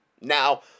Now